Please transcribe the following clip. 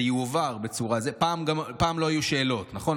זה יועבר פעם לא היו שאלות, נכון?